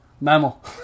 mammal